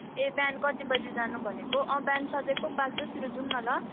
ए बिहान कति बजी जानु भनेको अँ बिहान सधैँको पाँच बजीतिर जाउँ न ल